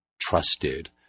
trusted